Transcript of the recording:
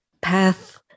path